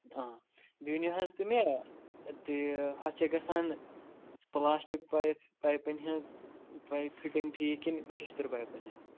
آ بیٚیہِ ؤنِو حظ تُہۍ مےٚ تہٕ ہۄ چھِ گژھان پُلاسٹِک پایپ پایپَن ہٕنٛز پایپ فِٹِنٛگ ٹھیٖک کِنہٕ شٮ۪شتٕر پایپَن ہٕنٛز